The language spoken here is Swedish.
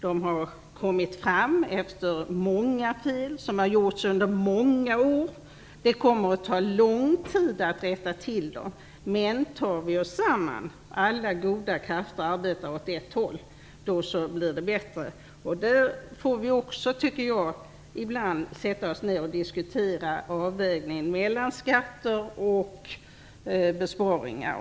De har kommit fram efter många fel, som har gjorts under många år. Det kommer att ta lång tid att rätta till dem. Men tar vi oss samman, om alla goda krafter arbetar åt ett håll, blir det bättre. Vi får också, tycker jag, ibland sätta oss ned och diskutera avvägningen mellan skatter och besparingar.